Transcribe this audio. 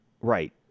Right